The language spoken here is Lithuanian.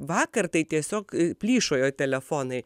vakar tai tiesiog plyšojo telefonai